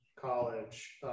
college